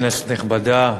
כנסת נכבדה,